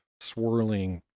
swirling